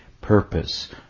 purpose